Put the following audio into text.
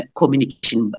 communication